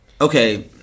okay –